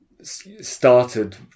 started